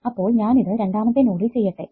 അപ്പോൾ ഞാൻ ഇത് രണ്ടാമത്തെ നോഡിൽ ചെയ്യട്ടെ